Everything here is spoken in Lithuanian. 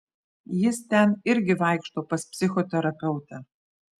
jis ten irgi vaikšto pas psichoterapeutę